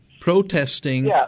protesting